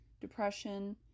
depression